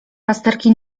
pasterki